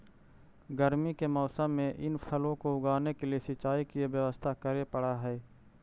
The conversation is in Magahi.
गर्मी के मौसम में इन फलों को उगाने के लिए सिंचाई की व्यवस्था करे पड़अ हई